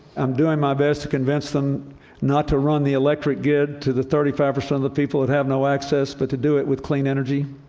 i'm doing my best to convince them not to run the electric grid to the thirty five percent of the people that have no access, but to do it with clean energy.